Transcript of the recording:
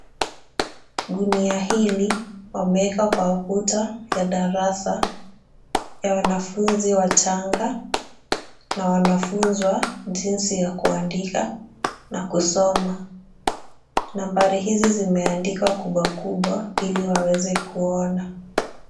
Gunia hili wameweka kwa ukuta ya darasa ya wanafunzi wachanga na wanafunzwa jinsi ya kuandika na kusoma. Nambari hizi zimeandikwa kubwa kubwa ili waweze kuona.